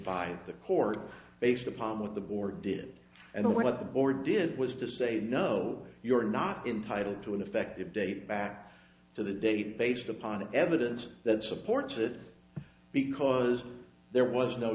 by the court based upon what the board did and what the board did was to say no you're not entitle to an effective date back to the date based upon the evidence that supports it because there was no